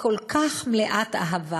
וכל כך מלאת אהבה